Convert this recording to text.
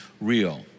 real